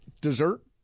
dessert